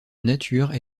nature